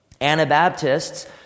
Anabaptists